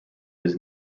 his